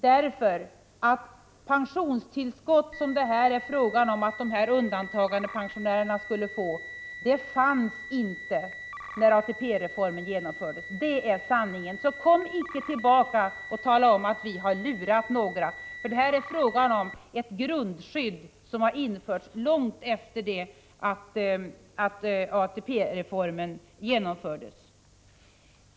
Detta pensionstillskott, som det är fråga om att dessa undantagandepensionärer skall få, fanns inte när ATP-reformen genomfördes. Det är sanningen. Så kom icke tillbaka och tala om att vi har lurat några! Det är alltså här fråga om ett grundskydd som har införts långt efter det att ATP-reformen genomfördes.